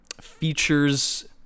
features